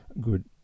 good